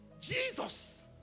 Jesus